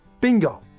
Bingo